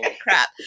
crap